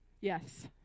Yes